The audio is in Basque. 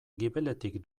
gibeletik